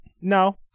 no